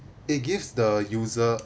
it gives the user